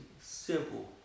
Simple